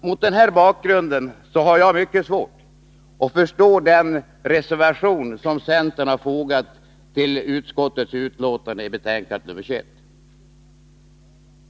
Mot denna bakgrund har jag mycket svårt att förstå den reservation som centern fogat till utskottets betänkande 21.